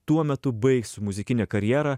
tuo metu baigsiu muzikinę karjerą